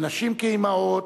לנשים כאמהות,